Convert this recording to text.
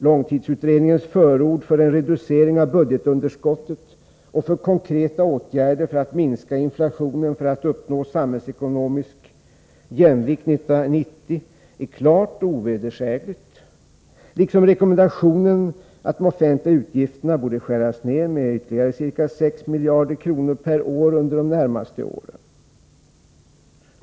Långtidsutredningens förord för en reducering av budgetunderskottet och för konkreta åtgärder för att minska inflationen så att man kan uppnå samhällsekonomisk jämvikt 1990 är klart och ovedersägligt, liksom rekommendationen att de offentliga utgifterna borde skäras ned med ytterligare ca 6 miljarder kronor per år under de närmaste åren.